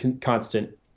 constant